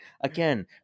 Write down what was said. again